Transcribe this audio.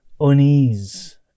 Unease